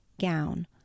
gown